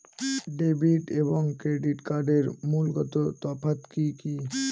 Debit এবং credit কার্ডের মূলগত তফাত কি কী?